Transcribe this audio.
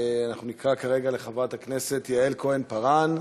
אנחנו נקרא כרגע לחברת הכנסת יעל כהן-פארן.